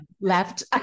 left